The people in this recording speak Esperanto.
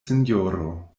sinjoro